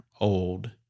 old